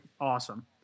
awesome